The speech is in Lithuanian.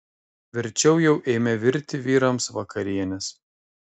verčiau jau eime virti vyrams vakarienės